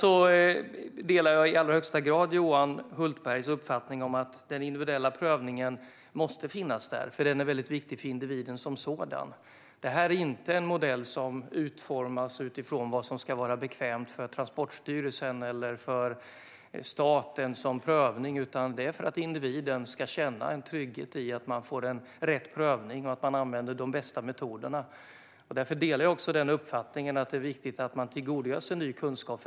Jag delar i allra högsta grad Johan Hultbergs uppfattning att den individuella prövningen måste finnas där, för den är viktig för individen som sådan. Det här är inte en modell som utformas utifrån vad som ska vara bekvämt för Transportstyrelsen eller för staten som prövning. Den är till för att individen ska känna en trygghet i att man får rätt prövning och att de bästa metoderna används. Därför delar jag också uppfattningen att det är viktigt att man tillgodogör sig ny kunskap.